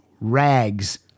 Rags